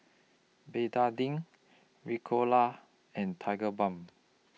Betadine Ricola and Tigerbalm